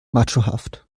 machohaft